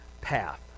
path